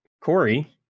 Corey